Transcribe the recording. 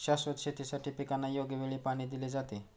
शाश्वत शेतीसाठी पिकांना योग्य वेळी पाणी दिले जाते